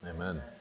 Amen